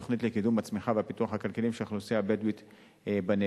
תוכנית לקידום הצמיחה והפיתוח הכלכליים של האוכלוסייה הבדואית בנגב.